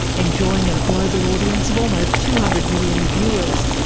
enjoying a global audience of almost two hundred million viewers.